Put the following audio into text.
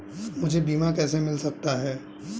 मुझे बीमा कैसे मिल सकता है?